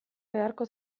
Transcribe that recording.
beharko